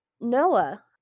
Noah